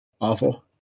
awful